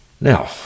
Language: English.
Now